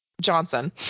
Johnson